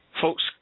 Folks